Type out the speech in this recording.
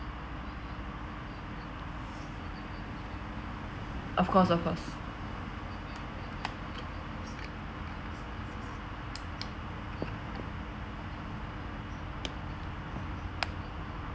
of course of course